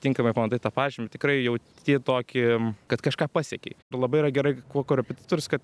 tinkamai pamatai tą pažymį tikrai jauti tokį kad kažką pasiekei labai yra gerai kuo korepetitorius kad